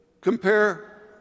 compare